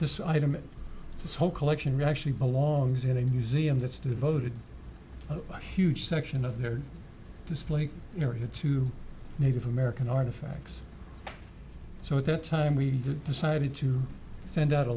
this item and this whole collection actually belongs in a museum that's devoted a huge section of the display area to native american artifacts so at that time we decided to send out a